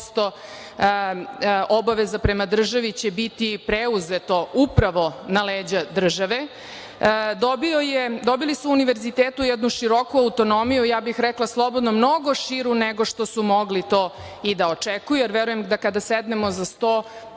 obaveza prema državi će biti preuzeto upravo na leđa države. Dobili su univerziteti jednu široku autonomiju, ja bih rekla slobodno, mnogo širu nego što su mogli to i da očekuju, jer verujem da kada sednemo za sto,